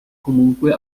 comunque